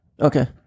Okay